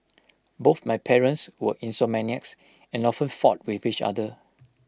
both my parents were insomniacs and often fought with each other